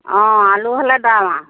অঁ আলু হ'লে দাম আৰু